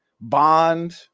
Bond